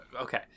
Okay